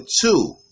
two